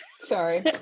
Sorry